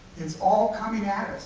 it's all coming at us.